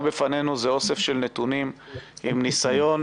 זה אוסף של נתונים עם ניסיון